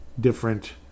different